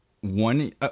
one